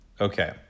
Okay